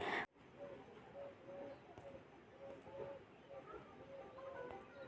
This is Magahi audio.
प्रधानमंत्री योजना में अप्लाई करें ले की चाही?